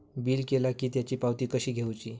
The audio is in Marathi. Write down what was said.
बिल केला की त्याची पावती कशी घेऊची?